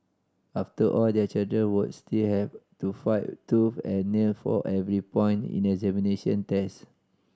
after all their children would still have to fight tooth and nail for every point in examination test